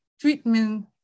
treatment